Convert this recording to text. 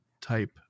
type